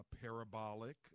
parabolic